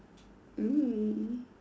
mm